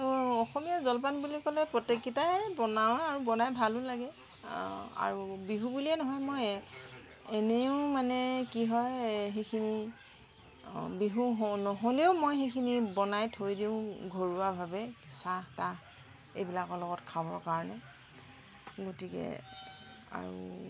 তো অসমীয়া জলপান বুলি ক'লে প্ৰত্যেককেইটাই বনাওঁ আৰু বনাই ভালো লাগে আৰু বিহু বুলিয়ে নহয় মই এনেও মানে কি হয় সেইখিনি বিহু নহ'লেও মই সেইখিনি বনাই থৈ দিওঁ ঘৰুৱাভাৱে চাহ তাহ এইবিলাকৰ লগত খাবৰ কাৰণে গতিকে আৰু